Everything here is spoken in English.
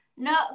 no